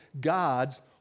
God's